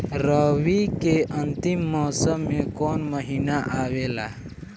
रवी के अंतिम मौसम में कौन महीना आवेला?